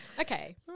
Okay